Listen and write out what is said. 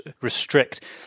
restrict